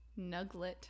nuglet